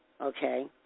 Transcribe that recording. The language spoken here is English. okay